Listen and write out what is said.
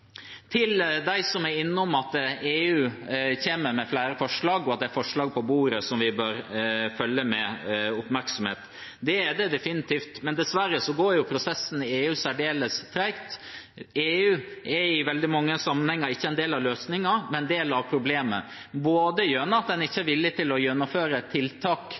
Til dem som er innom at EU kommer med flere forslag, og at det er forslag på bordet vi bør følge med oppmerksomhet: Det er det definitivt, men dessverre går prosessene i EU særdeles tregt. EU er i veldig mange sammenhenger ikke en del av løsningen, men en del av problemet – både gjennom at en ikke er villig til å gjennomføre tiltak